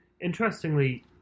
Interestingly